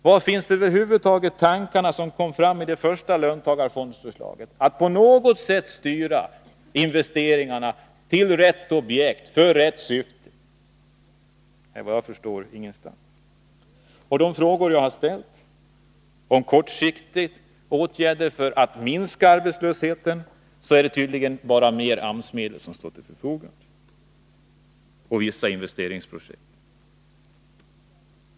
Var finns över huvud taget tankarna som kom fram i det första löntagarfondsförslaget, att på något sätt styra investeringarna till rätt objekt i rätt syfte? Såvitt jag förstår ingenstans! Jag har ställt frågor om kortsiktiga åtgärder för att minska arbetslösheten. Svaret på dem är bara att det tydligen står mer AMS-medel till förfogande och att det finns vissa investeringsprojekt.